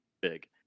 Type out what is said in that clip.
Big